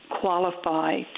qualify